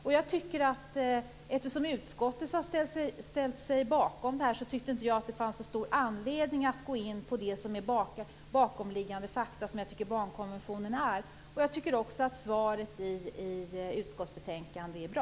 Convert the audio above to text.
Eftersom utskottet har ställt sig bakom detta, finns det inte så stor anledning att gå in på bakomliggande fakta som barnkonventionen utgör. Svaret i utskottsbetänkandet är bra.